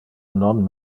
non